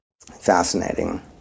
Fascinating